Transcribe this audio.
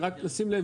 ספק גז ישלח את